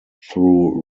through